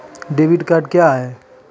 Debit card क्या हैं?